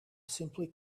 simply